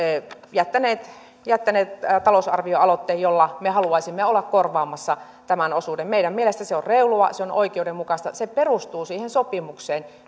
jättäneet jättäneet talousar vioaloitteen jolla me haluaisimme olla korvaamassa tämän osuuden meidän mielestä se on reilua se on oikeudenmukaista se perustuu siihen sopimukseen